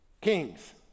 kings